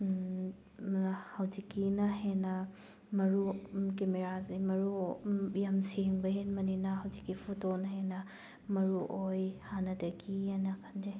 ꯍꯧꯖꯤꯛꯀꯤꯅ ꯍꯦꯟꯅ ꯃꯔꯨ ꯀꯦꯃꯦꯔꯥꯁꯦ ꯃꯔꯨ ꯌꯥꯝ ꯁꯦꯡꯕ ꯍꯦꯟꯕꯅꯤꯅ ꯍꯧꯖꯤꯛꯀꯤ ꯐꯣꯇꯣꯅ ꯍꯦꯟꯅ ꯃꯔꯨ ꯑꯣꯏ ꯍꯥꯟꯅꯗꯒꯤ ꯑꯅ ꯈꯟꯖꯩ